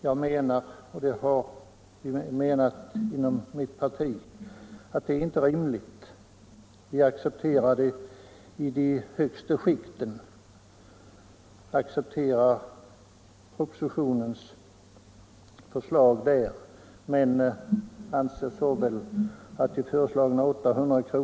Jag och även övriga inom mitt parti accepterar propositionens förslag för de högsta skikten. Men vi anser att de föreslagna 800 kr.